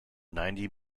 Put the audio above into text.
ninety